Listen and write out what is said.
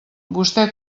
vostè